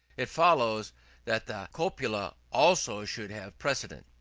it follows that the copula also should have precedence.